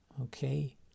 Okay